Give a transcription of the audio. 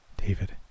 David